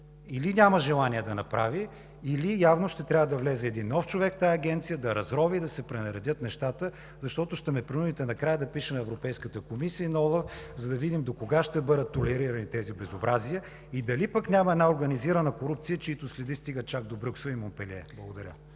или няма желание да направи, или явно ще трябва да влезе един нов човек в тази агенция, да разрови и да се пренаредят нещата, защото накрая ще ме принудите да пиша на Европейската комисия и на ОЛАФ, за да видим докога ще бъдат толерирани тези безобразия и дали пък няма една организирана корупция, чиито следи стигат чак до Брюксел и Монпелие? Благодаря.